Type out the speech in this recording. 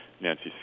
Nancy